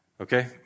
Okay